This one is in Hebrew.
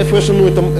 מאיפה יש לנו מט"ח?